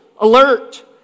alert